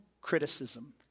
criticism